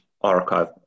archive